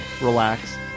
relax